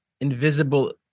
invisible